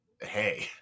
hey